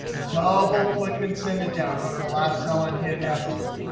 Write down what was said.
double click and send it down. go to the last cell and hit f two.